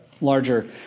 larger